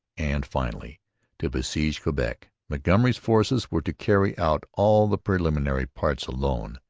and finally to besiege quebec. montgomery's forces were to carry out all the preliminary parts alone.